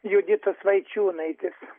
juditos vaičiūnaitės